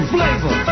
Flavor